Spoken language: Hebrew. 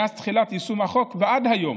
מאז תחילת יישום החוק ועד היום